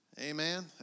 Amen